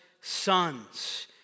sons